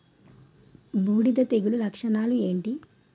బూడిద తెగుల లక్షణాలు ఏంటి?